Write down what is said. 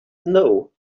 know